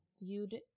viewed